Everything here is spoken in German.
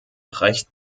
recht